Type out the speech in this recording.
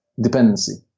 dependency